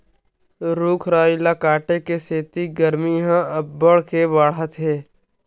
रूख राई ल काटे के सेती गरमी ह अब्बड़ के बाड़हत हे